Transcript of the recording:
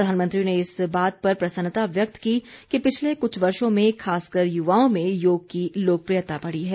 प्रधानमंत्री ने इस बात पर प्रसन्नता व्यक्त की कि पिछले कुछ वर्षो में खासकर युवाओं में योग की लोकप्रियता बढ़ी है